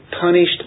Punished